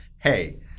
hey